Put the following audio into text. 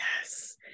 Yes